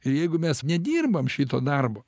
jeigu mes nedirbam šito darbo